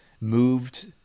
moved